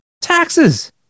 taxes